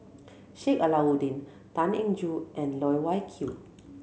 Sheik Alau'ddin Tan Eng Joo and Loh Wai Kiew